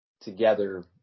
together